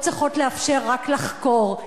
לא צריכות לאפשר רק לחקור.